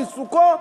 עיסוקו,